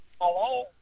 Hello